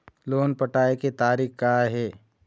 Loan पटाए के तारीख़ का हे?